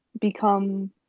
become